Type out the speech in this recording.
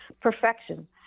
perfection